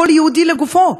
כל יהודי לגופו.